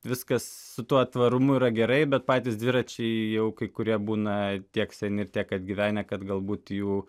viskas su tuo tvarumu yra gerai bet patys dviračiai jau kai kurie būna tiek seni ir tiek atgyvenę kad galbūt jų